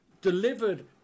delivered